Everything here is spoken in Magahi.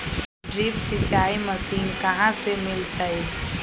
ड्रिप सिंचाई मशीन कहाँ से मिलतै?